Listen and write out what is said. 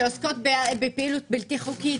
שעוסקות בפעילות בלתי-חוקית,